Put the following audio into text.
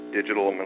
Digital